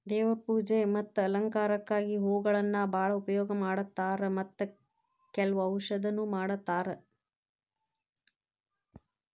ದೇವ್ರ ಪೂಜೆ ಮತ್ತ ಅಲಂಕಾರಕ್ಕಾಗಿ ಹೂಗಳನ್ನಾ ಬಾಳ ಉಪಯೋಗ ಮಾಡತಾರ ಮತ್ತ ಕೆಲ್ವ ಔಷಧನು ಮಾಡತಾರ